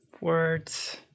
words